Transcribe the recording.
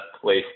place